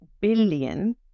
billion